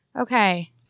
Okay